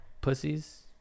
pussies